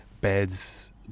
beds